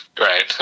Right